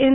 N